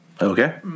Okay